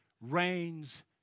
reigns